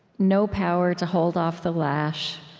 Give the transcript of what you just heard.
no power to hold off the lash,